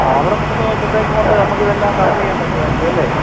ആ അവിടെ മൂന്ന് ദിവസം കൊണ്ട് നമുക്ക് ഇതെല്ലാം കവർ ചെയ്യാൻ പറ്റുമായിരിക്കും അല്ലേ